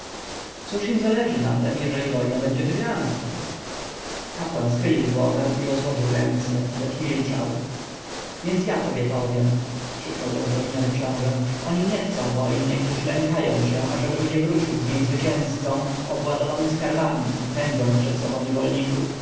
cóż im zależy na tem jeżeli wojna będzie wygrana kapłan schylił głowę i rozłożył ręce lecz milczał więc ja tobie powiem krzyknął rozdrażniony książę oni nie chcą wojny gdyż lękają się ażebym nie wrócił z niej zwycięzcą obładowanym skarbami pędząc przed sobą niewolników